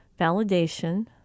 validation